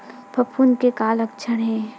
फफूंद के का लक्षण हे?